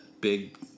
big